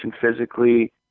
physically